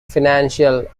financial